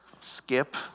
Skip